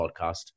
podcast